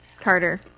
Carter